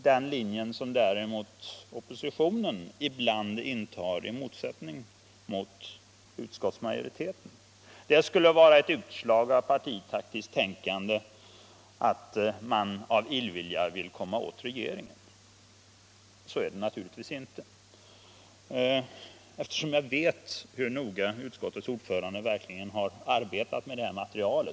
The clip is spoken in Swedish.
Den linje däremot som oppositionen i landet följer i motsättning till majoriteten skulle vara ett utslag av partitaktiskt tänkande; av illvilja vill man komma åt regeringen. Så är det naturligtvis inte. Jag vet hur noggrant utskottets ordförande har arbetat med detta material.